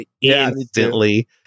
instantly